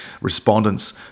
respondents